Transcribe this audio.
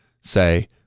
say